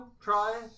Try